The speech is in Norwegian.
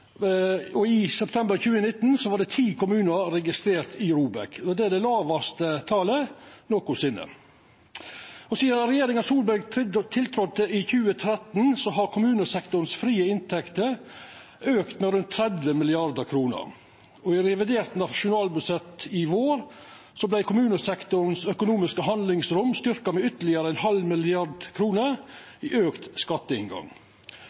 og i september 2019 var ti kommunar registrerte i ROBEK. Det er det lågaste talet nokosinne. Sidan regjeringa Solberg tiltredde i 2013, har dei frie inntektene til kommunesektoren auka med rundt 30 mrd. kr., og i revidert nasjonalbudsjett i vår vart det økonomiske handlingsrommet til kommunesektoren styrkt med ytterlegare 0,5 mrd. kr i auka skatteinngang.